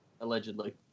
Allegedly